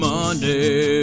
Monday